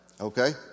Okay